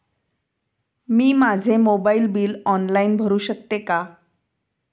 मी माझे mobile bill online भरू शकते का?